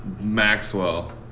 Maxwell